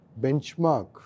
benchmark